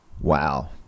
Wow